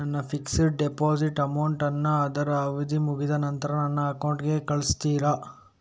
ನನ್ನ fixed deposit amount ಅನ್ನು ಅದ್ರ ಅವಧಿ ಮುಗ್ದ ನಂತ್ರ ನನ್ನ ಅಕೌಂಟ್ ಗೆ ಕಳಿಸ್ತೀರಾ?